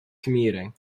commuting